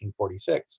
1946